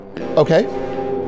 Okay